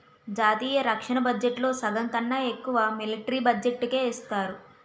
జాతీయ రక్షణ బడ్జెట్లో సగంకన్నా ఎక్కువ మిలట్రీ బడ్జెట్టుకే ఇస్తారు